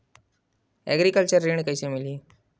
Agriculture ऋण कइसे मिलही?